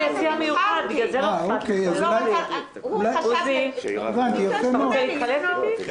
--- הבנתי, יפה מאוד.